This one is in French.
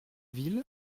ville